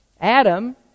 Adam